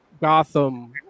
Gotham